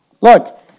Look